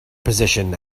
position